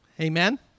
Amen